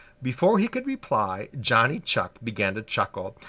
before he could reply johnny chuck began to chuckle.